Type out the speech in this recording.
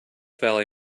valley